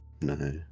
No